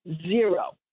Zero